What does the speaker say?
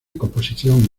composición